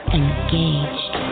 engaged